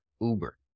uber